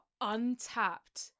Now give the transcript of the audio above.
untapped